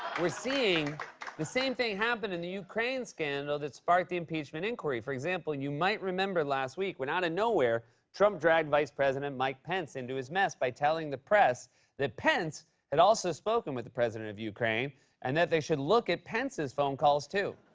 we're seeing the same thing happen in the ukraine scandal that sparked the impeachment inquiry. for example, you might remember last week when out of and nowhere trump dragged vice president mike pence into his mess by telling the press that pence had also spoken with the president of ukraine and that they should look at pence's phone calls, too.